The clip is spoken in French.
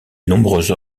nombreuses